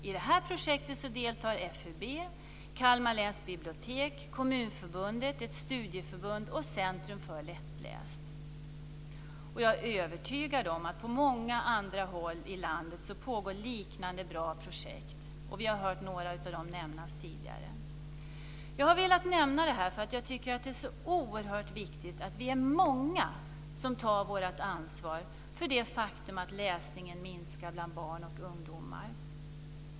I det här projektet deltar FUB, Kalmar Läns Jag är övertygad om att det på många andra håll i landet pågår liknande bra projekt. Vi har hört några av dem nämnas tidigare. Jag har velat nämna det här för jag tycker att det är så oerhört viktigt att vi är många som tar vårt ansvar för det faktum att läsningen minskar bland barn och ungdomar.